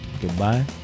goodbye